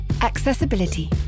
accessibility